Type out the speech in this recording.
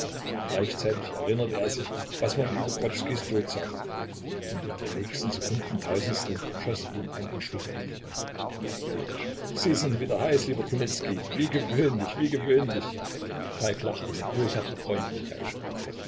gleichzeitig erinnerte er sich was man über grodzkis tod sagte und in dem nächsten sekundentausendstel schoß ihm ein entschluß auf sie sind wieder heiß lieber kunicki wie gewöhnlich wie gewöhnlich falk lachte mit boshafter freundlichkeit